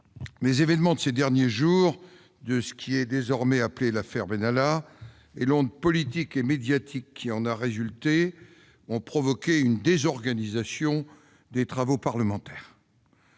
les événements de ces derniers jours, ce qui est désormais appelé « l'affaire Benalla », et l'onde politique et médiatique qui en a résulté ont provoqué une désorganisation des travaux parlementaires.